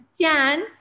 jan